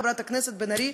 חברת הכנסת בן ארי,